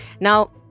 Now